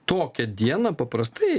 tokią dieną paprastai